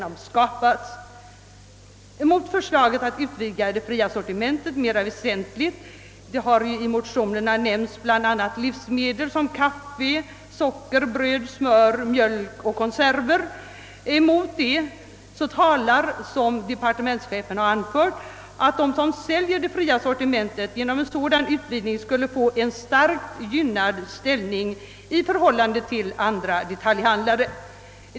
Mot förslaget att mera väsentligt utvidga det fria sortimentet — i motionerna har härvidlag nämnts bl.a. livsmedel såsom kaffe, socker, bröd, smör, mjölk och konserver — talar, såsom departementschefen också anfört, att de som säljer det fria sortimentet genom en sådan utvidgning skulle få en starkt gynnad ställning i förhållande till andra detaljhandlare.